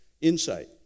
insight